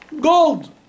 Gold